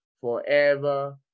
forever